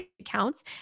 accounts